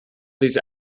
these